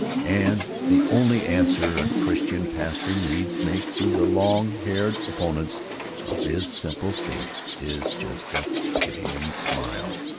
and the only answer a christian pastor needs make to the long-haired opponents of his simple faith is just a pitying smile!